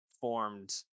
formed